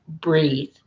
breathe